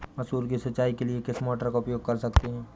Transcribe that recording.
मसूर की सिंचाई के लिए किस मोटर का उपयोग कर सकते हैं?